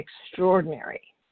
extraordinary